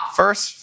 first